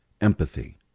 Empathy